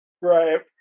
right